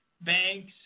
banks